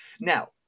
Now